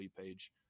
page